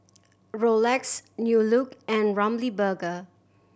Rolex New Look and Ramly Burger